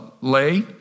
lay